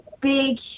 big